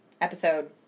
episode